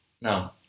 No